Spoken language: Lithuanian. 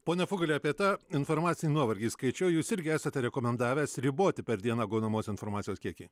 pone fugali apie tą informacinį nuovargį skaičiau jūs irgi esate rekomendavęs riboti per dieną gaunamos informacijos kiekį